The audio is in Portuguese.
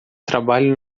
trabalho